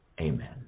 Amen